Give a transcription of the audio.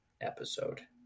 episode